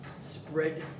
Spread